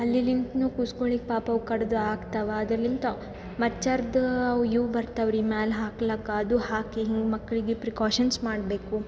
ಅಲ್ಲಿ ಲಿಂತ ನಾವು ಕೂಸ್ಕೊಳ್ಳಿಕೆ ಪಾಪ ಅವು ಕಡ್ದು ಆಗ್ತವ ಅದ್ರಲಿಂತ ಮಚ್ಚರ್ದು ಅವು ಇವು ಬರ್ತಾವೆ ರೀ ಮ್ಯಾಲೆ ಹಾಕ್ಲಾಕೆ ಅದು ಹಾಕಿ ನೀವು ಮಕ್ಕಳಿಗೆ ಪ್ರಿಕಾಷನ್ಸ್ ಮಾಡಬೇಕು